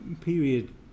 period